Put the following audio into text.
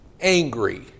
angry